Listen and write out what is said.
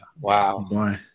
Wow